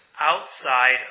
outside